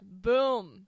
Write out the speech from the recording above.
Boom